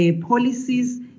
policies